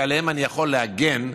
שעליהם אני יכול להגן.